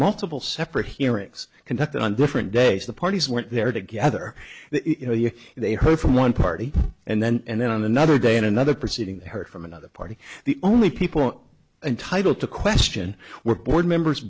multiple separate hearings conducted on different days the parties went there together you know you they heard from one party and then and then on another day in another proceeding they heard from another party the only people don't entitle to question were board members